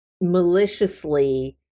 maliciously